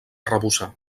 arrebossar